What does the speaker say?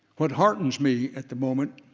what heartens me, at the moment,